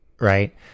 Right